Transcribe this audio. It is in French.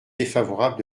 défavorable